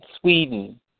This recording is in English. Sweden